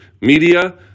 media